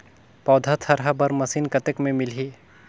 पौधा थरहा बर मशीन कतेक मे मिलही?